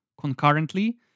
Concurrently